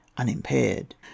unimpaired